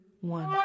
one